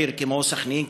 עיר כמו סח'נין,